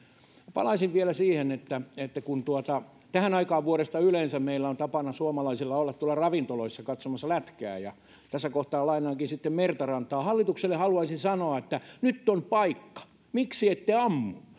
palaisin vielä siihen että että kun tähän aikaan vuodesta meillä suomalaisilla on yleensä tapana olla tuolla ravintoloissa katsomassa lätkää niin tässä kohtaa lainaankin sitten mertarantaa hallitukselle haluaisin sanoa että nyt on paikka miksi ette ammu